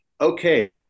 Okay